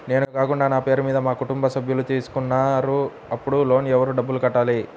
నేను కాకుండా నా పేరు మీద మా కుటుంబ సభ్యులు తీసుకున్నారు అప్పుడు ఎవరు లోన్ డబ్బులు కట్టాలి?